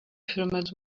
pyramids